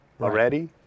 already